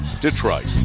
Detroit